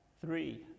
three